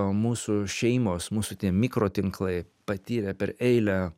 mūsų šeimos mūsų tie mikrotinklai patyrė per eilę